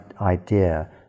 idea